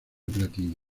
platino